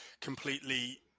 completely